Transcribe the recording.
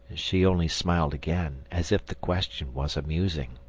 she only smiled again, as if the question was amusing.